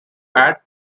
add